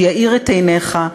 שיאיר את עיניך.